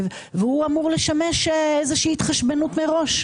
והוא אמור לשמש לאיזה שהיא התחשבנות מראש.